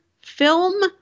film